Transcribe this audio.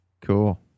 Cool